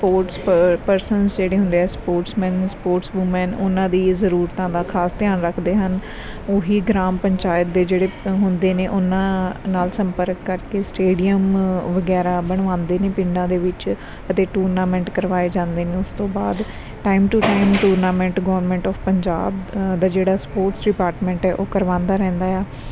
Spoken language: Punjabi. ਸਪੋਰਟਸ ਪਰਸਨਸ ਜਿਹੜੇ ਹੁੰਦੇ ਆ ਸਪੋਰਟਸਮੈਨ ਸਪੋਰਟਸ ਵੂਮੈਨ ਉਹਨਾਂ ਦੀ ਇਹ ਜ਼ਰੂਰਤਾਂ ਦਾ ਖਾਸ ਧਿਆਨ ਰੱਖਦੇ ਹਨ ਉਹੀ ਗ੍ਰਾਮ ਪੰਚਾਇਤ ਦੇ ਜਿਹੜੇ ਹੁੰਦੇ ਨੇ ਉਹਨਾਂ ਨਾਲ ਸੰਪਰਕ ਕਰਕੇ ਸਟੇਡੀਅਮ ਵਗੈਰਾ ਬਣਵਾਉਂਦੇ ਨੇ ਪਿੰਡਾਂ ਦੇ ਵਿੱਚ ਅਤੇ ਟੂਰਨਾਮੈਂਟ ਕਰਵਾਏ ਜਾਂਦੇ ਨੇ ਉਸ ਤੋਂ ਬਾਅਦ time to time tournament government of Punjab ਦਾ ਜਿਹੜਾ ਸਪੋਰਟਸ ਡਿਪਾਰਟਮੈਂਟ ਹੈ ਉਹ ਕਰਵਾਉਂਦਾ ਰਹਿੰਦਾ ਆ